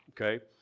okay